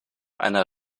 einer